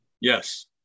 yes